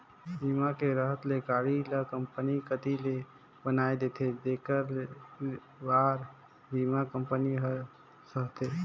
बीमा के रहत ले गाड़ी ल कंपनी कति ले बनाये देथे जेखर भार ल बीमा कंपनी हर सहथे